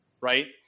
right